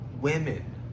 women